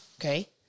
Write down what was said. okay